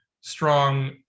strong